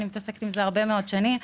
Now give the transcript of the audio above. אני מתעסקת בזה הרבה מאוד שנים.